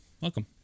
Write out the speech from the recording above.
Welcome